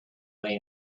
way